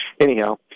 Anyhow